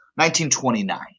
1929